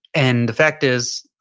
and the fact is,